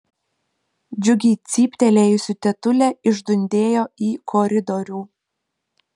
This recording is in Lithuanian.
džiugiai cyptelėjusi tetulė išdundėjo į koridorių